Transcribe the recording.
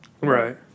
Right